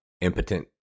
impotent